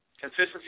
Consistency